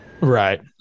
Right